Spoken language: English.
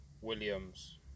Williams